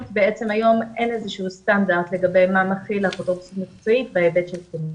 בעצם היום אין איזשהו סטנדרט לגבי האפוטרופסות המקצועי בהיבט הזה.